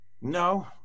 No